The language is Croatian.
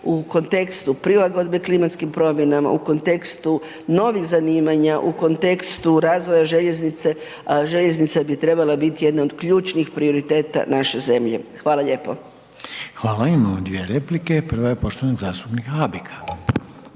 u kontekstu prilagodbe klimatskim promjenama u kontekstu novih zanimanja u kontekstu razvoja željeznice, željeznica bi trebala biti jedna od ključnih prioriteta naše zemlje. Hvala lijepo. **Reiner, Željko (HDZ)** Hvala. Imamo dvije replike, prva je poštovanog zastupnika Habeka.